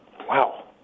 Wow